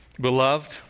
Beloved